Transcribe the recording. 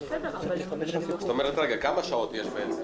זאת אומרת, רגע, כמה שעות יש להם?